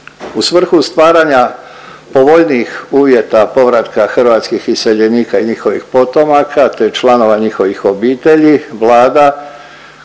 U svrhu stvaranja povoljnih uvjeta povratka hrvatskih iseljenika i njihovih potomaka te članova njihovih obitelji, Vlada